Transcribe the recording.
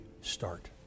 start